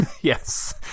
Yes